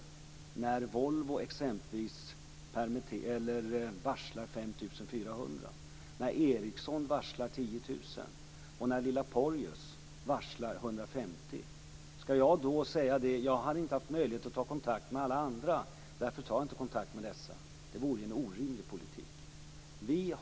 Skall jag exempelvis när Volvo varslar 5 400, när Ericsson varslar 10 000 och när lilla Porjus varslar 150 personer säga att jag inte haft möjlighet att ta kontakt med alla andra och att jag därför inte tar kontakt med dessa? Det vore en orimlig politik.